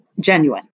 Genuine